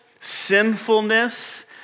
sinfulness